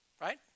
right